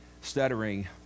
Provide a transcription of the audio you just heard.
stuttering